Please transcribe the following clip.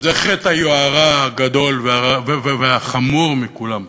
זה חטא היוהרה הגדול והחמור מכולם,